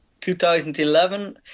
2011